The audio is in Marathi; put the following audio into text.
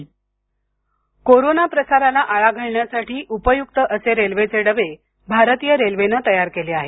रेल्वे कोरोना प्रसाराला आळा घालण्यासाठी उपयुक्त असे रेल्वेचे डबे भारतीय रेल्वेन तयार केले आहेत